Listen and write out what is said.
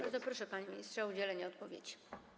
Bardzo proszę, panie ministrze, o udzielenie odpowiedzi.